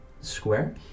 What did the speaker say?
square